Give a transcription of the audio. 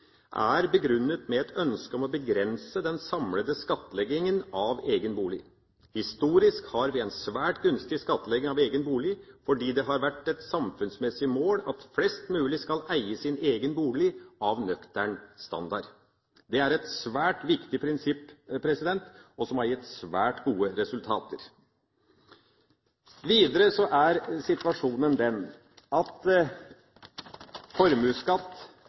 er begrunnet med et ønske om å begrense den samlede skattleggingen av egen bolig. Historisk har vi en svært gunstig skattlegging av egen bolig, fordi det har vært et samfunnsmessig mål at flest mulig skal eie sin egen bolig av nøktern standard. Det er et svært viktig prinsipp, som har gitt svært gode resultater. Videre er situasjonen den at formuesskatt